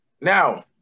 Now